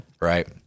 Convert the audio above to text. Right